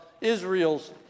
Israel's